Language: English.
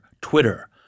Twitter